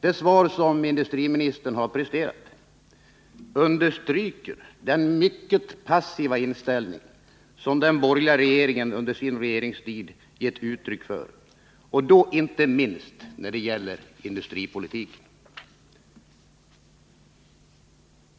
Det svar som industriministern presterat understryker den mycket passiva inställning som den borgerliga regeringen under sin regeringstid gett uttryck för, inte minst när det gäller industripolitiken.